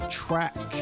track